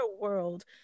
world